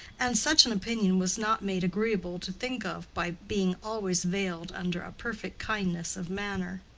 and such an opinion was not made agreeable to think of by being always veiled under a perfect kindness of manner.